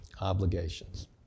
obligations